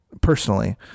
personally